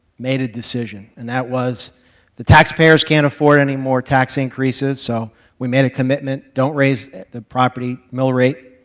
made a decision, and that was the taxpayers can't afford anymore tax increases, so we made a commitment, don't raise the property mill rate,